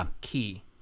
key